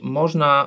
można